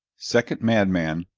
second madman.